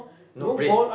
no brain